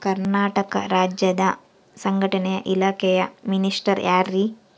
ಕರ್ನಾಟಕ ರಾಜ್ಯದ ಸಂಘಟನೆ ಇಲಾಖೆಯ ಮಿನಿಸ್ಟರ್ ಯಾರ್ರಿ?